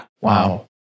Wow